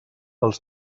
els